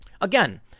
Again